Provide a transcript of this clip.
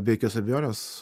be jokios abejonės